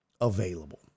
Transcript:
available